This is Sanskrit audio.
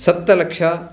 सप्तलक्षं